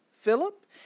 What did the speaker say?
Philip